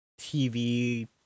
TV